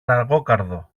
λαγόκαρδο